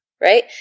right